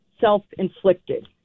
self-inflicted